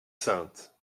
sainte